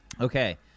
Okay